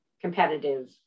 competitive